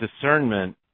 discernment